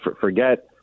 forget